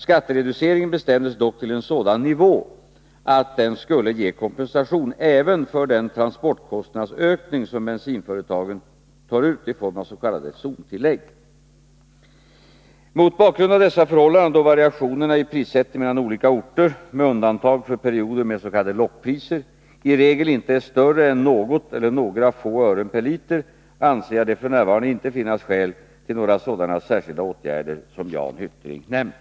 Skattereduceringen bestämdes dock till en sådan nivå att den skulle ge kompensation även för den transportkostnadsökning som bensinföretagen tar ut i form av s.k. zontillägg . Mot bakgrund av dessa förhållanden och då variationerna i prissättning mellan olika orter — med undantag för perioder med s.k. lockpriser — i regel inte är större än något eller några få ören per liter anser jag det f. n. inte finnas skäl till några sådana särskilda åtgärder som Jan Hyttring nämnt.